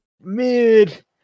Mid